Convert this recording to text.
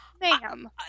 Ma'am